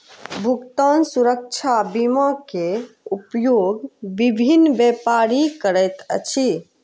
भुगतान सुरक्षा बीमा के उपयोग विभिन्न व्यापारी करैत अछि